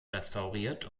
restauriert